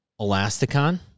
Elasticon